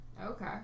okay